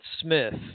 Smith